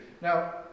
Now